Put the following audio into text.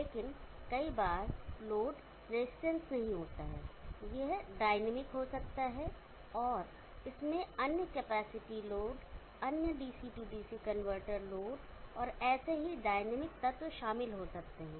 लेकिन कई बार लोड रेजिस्टेंस नहीं होता है यह डायनामिकहो सकता है इसमें अन्य कैपेसिटी लोड अन्य डीसी डीसी कनवर्टर लोड और ऐसे ही डायनामिक तत्व शामिल हो सकते हैं